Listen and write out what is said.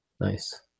Nice